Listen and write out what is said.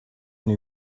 new